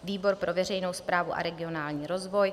Výbor pro veřejnou správu a regionální rozvoj: